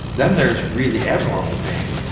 then there's really abnormal pain,